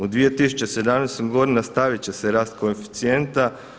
U 2017. godini nastavit će se rast koeficijenta.